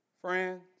Friends